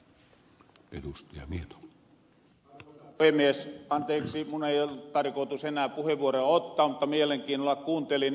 anteeksi mun ei ollu tarkootus enää puheenvuoroja ottaa mutta mielenkiinnolla kuuntelin ed